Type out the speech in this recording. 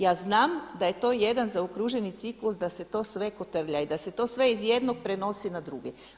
Ja znam da je to jedan zaokruženi ciklus da se to sve kotrlja i da se to sve iz jednog prenosi na drugi.